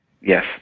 Yes